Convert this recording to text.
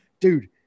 dude